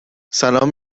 سلام